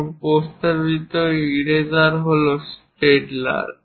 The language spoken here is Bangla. এবং প্রস্তাবিত ইরেজার হল স্টেডলার